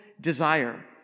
desire